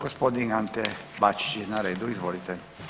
Gospodin Ante Bačić je na redu, izvolite.